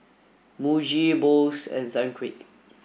Muji Bose and Sunquick